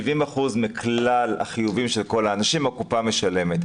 70% מכלל החיובים של כל האנשים הקופה משלמת,